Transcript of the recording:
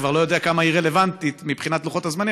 אני כבר לא יודע כמה היא רלוונטית מבחינת לוחות הזמנים,